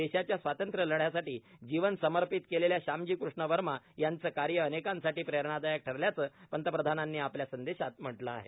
देशाच्या स्वातंत्र्यलढ्यासाठी जीवन समर्पित केलेल्या श्यामजी कृष्ण वर्मा यांचं कार्य अनेकांसाठी प्रेरणादायक ठरल्याचं पंतप्रधानांनी आपल्या संदेशात म्हटलं आहे